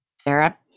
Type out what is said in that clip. Sarah